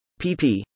pp